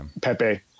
Pepe